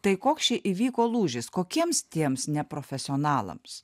tai koks čia įvyko lūžis kokiems tiems neprofesionalams